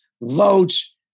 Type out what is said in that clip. votes